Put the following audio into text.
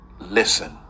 listen